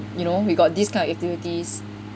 you know we got this kind of activities